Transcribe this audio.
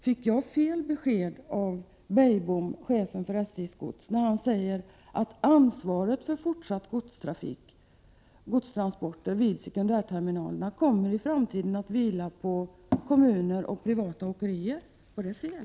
Fick jag fel besked av Beijbom, chefen för SJ:s gods, när han sade att ansvaret för fortsatta godstransporter vid sekundärterminalerna i framtiden kommer att vila på kommuner och privata åkerier? Var det fel?